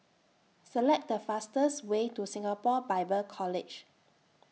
Select The fastest Way to Singapore Bible College